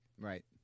Right